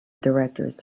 directors